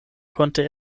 konnte